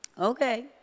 Okay